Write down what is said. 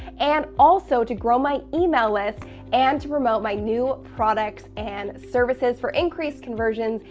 and also to grow my email list and to promote my new products and services for increased conversions,